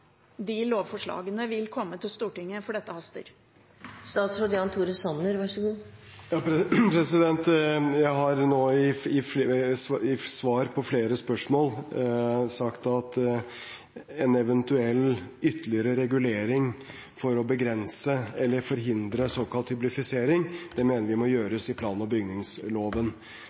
de lovforslagene vil komme til Stortinget, for dette haster. Jeg har nå i svar på flere spørsmål sagt at en eventuell ytterligere regulering for å begrense eller forhindre såkalt hyblifisering mener vi må gjøres i plan- og bygningsloven.